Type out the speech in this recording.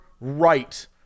right